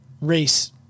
race